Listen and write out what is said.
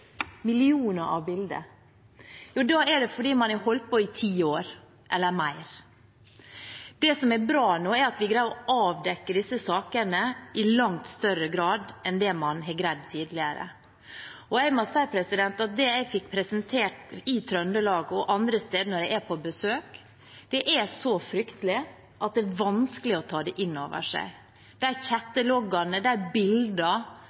millioner av bilder – millioner av bilder? Det er fordi man har holdt på i ti år eller mer. Det som er bra nå, er at vi greier å avdekke disse sakene i langt større grad enn det man har greid tidligere. Jeg må si at det jeg har fått presentert i Trøndelag og andre steder når jeg er på besøk, er så fryktelig at det er vanskelig å ta det inn over seg – de